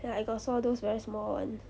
ya I got saw those very small [one]